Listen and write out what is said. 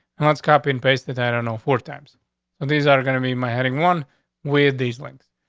and that's copy and paste that i don't know. four times and these are gonna be my heading one way of these length.